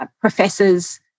professors